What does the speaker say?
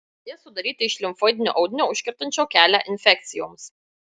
jie sudaryti iš limfoidinio audinio užkertančio kelią infekcijoms